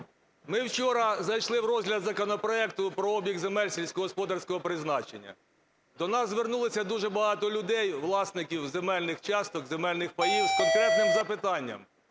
Ми вчора зайшли в розгляд законопроекту про обіг земель сільськогосподарського призначення. До нас звернулося дуже багато людей - власників земельних часток і земельних паїв з конкретним запитанням.